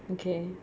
okay